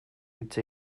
hitz